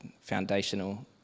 foundational